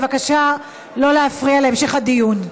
בבקשה לא להפריע להמשך הדיון.